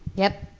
yep.